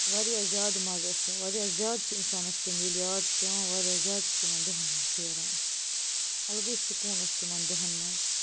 واریاہ زیادٕ مَزٕ اوس تِم واریاہ زیادٕ چھِ اِنسانَس تِم ییٚلہِ یاد چھِ پٮ۪وان واریاہ زیادٕ چھِ تِمن دۄہن ہُنٛد پھیران الگٕے سُکوٗن اوس تِمن دۄہن منٛز